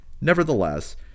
Nevertheless